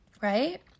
right